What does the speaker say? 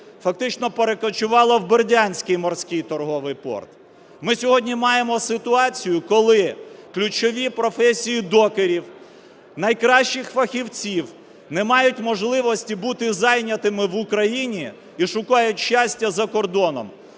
фактично перекочувало в Бердянський морський торговий порт. Ми сьогодні маємо ситуацію, коли ключові професії докерів, найкращих фахівців не мають можливості бути зайнятими в Україні і шукають щастя за кордоном.